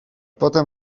potem